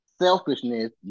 selfishness